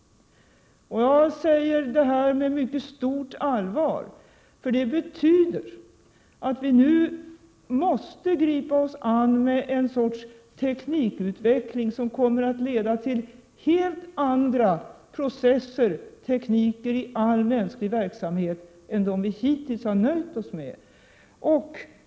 Jag säger detta med mycket stort allvar, för det betyder att vi nu måste gripa oss an med en sorts teknikutveckling som kommer att leda till helt andra processer och tekniker i all mänsklig verksamhet än vad vi hittills har nöjt oss med.